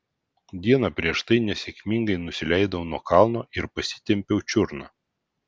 dieną prieš tai nesėkmingai nusileidau nuo kalno ir pasitempiau čiurną